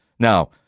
Now